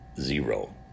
zero